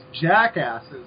jackasses